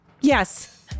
Yes